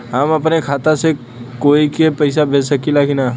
हम अपने खाता से कोई के पैसा भेज सकी ला की ना?